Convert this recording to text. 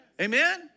Amen